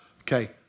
Okay